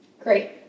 Great